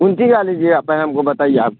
کون چیز آپ ہم کو بتائیے آپ